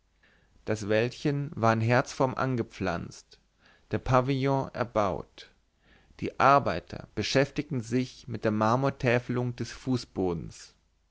das wäldchen war in herzform angepflanzt der pavillon erbaut die arbeiter beschäftigten sich mit der marmortäfelung des fußbodens